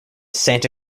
santa